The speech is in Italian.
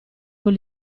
con